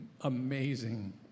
Amazing